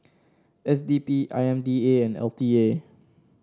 S D P I M D A and L T A